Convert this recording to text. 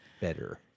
better